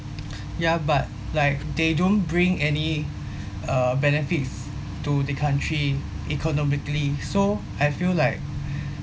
ya but like they don't bring any uh benefits to the country economically so I feel like